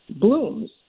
blooms